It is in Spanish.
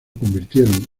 convirtieron